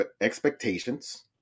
expectations